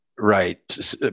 Right